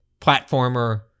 platformer